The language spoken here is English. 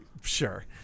Sure